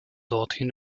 dorthin